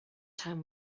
town